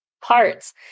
parts